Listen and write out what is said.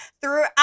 throughout